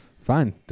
Fine